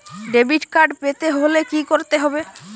Debit card পেতে হলে কি করতে হবে?